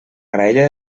graella